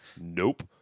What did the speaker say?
Nope